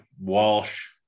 Walsh